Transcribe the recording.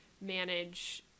manage